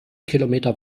kilometer